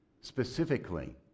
Specifically